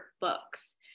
books